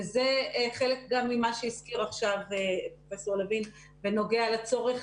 וזה חלק גם ממה שהזכיר עכשיו פרופ' לוין בנוגע לצורך